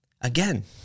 Again